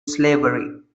slavery